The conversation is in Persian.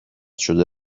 شده